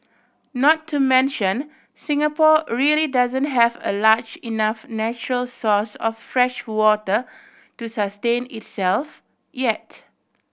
not to mention Singapore really doesn't have a large enough natural source of freshwater to sustain itself yet